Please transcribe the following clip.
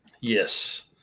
Yes